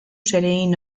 zeregin